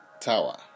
tower